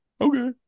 okay